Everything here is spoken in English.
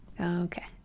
Okay